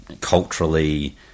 culturally